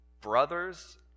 brothers